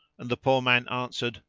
and the poor man answered,